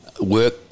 work